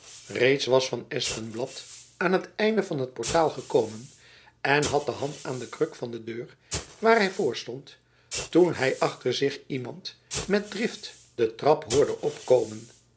reeds was van espenblad aan het einde van het portaal gekomen en had de hand aan de kruk van de deur waar hy voor stond toen hy achter zich iemand metdrift den trap hoorde opkomen